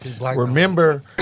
Remember